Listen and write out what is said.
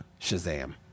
Shazam